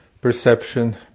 perception